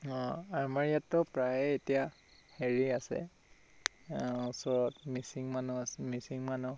অ' আমাৰ ইয়াততো প্ৰায়ে এতিয়া হেৰি আছে ওচৰত মিচিং মানুহ আছে মিচিং মানুহ